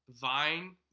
Vine